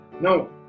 no